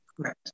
Correct